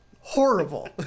horrible